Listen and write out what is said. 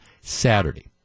Saturday